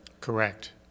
Correct